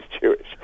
Jewish